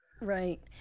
Right